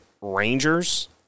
Rangers